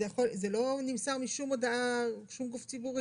זה לא נמסר משום גוף ציבורי.